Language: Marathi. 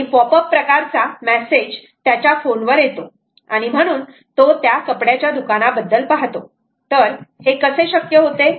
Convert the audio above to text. आणि पॉप अप प्रकारचा मेसेज त्याच्या फोन वर येतो आणि म्हणून तो त्या कपड्याच्या दुकाना बद्दल पाहतो तर हे कसे शक्य होते